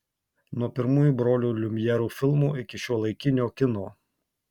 nuo pirmųjų brolių liumjerų filmų iki šiuolaikinio kino